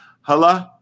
Hello